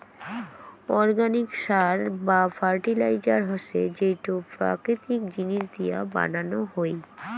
organic সার বা fertiliser হসে যেইটো প্রাকৃতিক জিনিস দিয়া বানানো হই